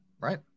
Right